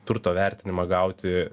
turto vertinimą gauti